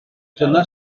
dyna